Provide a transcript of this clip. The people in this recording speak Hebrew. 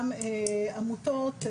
גם עמותות,